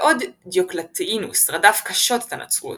בעוד דיוקלטיאנוס רדף קשות את הנצרות,